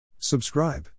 Subscribe